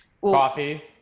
Coffee